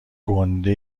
گُنده